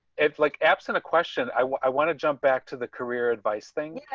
it's like apps in a question i want i want to jump back to the career advice thing.